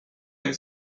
jak